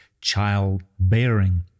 childbearing